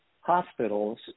hospitals